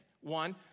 One